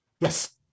Yes